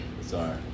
Sorry